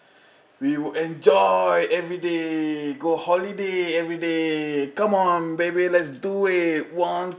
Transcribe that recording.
we would enjoy everyday go holiday everyday come on baby let's do it one